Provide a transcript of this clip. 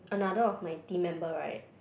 another of my team member right